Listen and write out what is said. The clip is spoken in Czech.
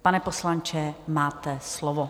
Pane poslanče, máte slovo.